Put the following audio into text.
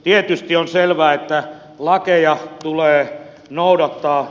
tietysti on selvää että lakeja tulee noudattaa